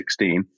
2016